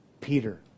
Peter